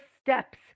steps